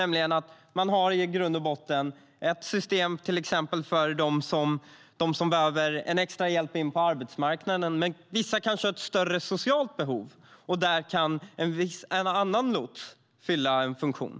Man har då i grund och botten ett system till exempel för dem som behöver extra hjälp in på arbetsmarknaden. Men vissa kanske har ett större socialt behov, och där kan en annan lots fylla en funktion.